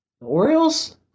Orioles